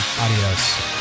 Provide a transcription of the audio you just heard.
Adios